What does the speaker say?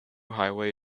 highway